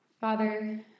Father